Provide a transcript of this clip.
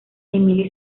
emilia